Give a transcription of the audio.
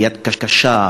יד קשה,